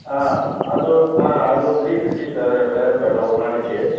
ஆ அது ஆ அது ஒரு த்ரீ ஃபிஃப்ட்டி சார் அது டிரைவர் பேட்டா ஒரு நாளைக்கு